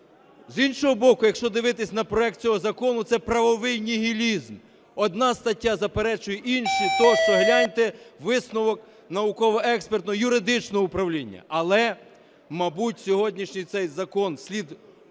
З іншого боку, якщо дивитись на проект цього закону, це правовий нігілізм – одна стаття заперечує іншій тощо. Гляньте висновок науково-експертного, юридичного управління. Але, мабуть, сьогоднішній цей закон слід